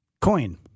Coin